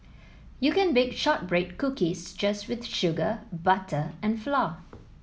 you can bake shortbread cookies just with sugar butter and flour